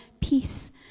peace